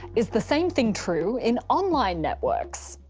is the same thing true in online networks?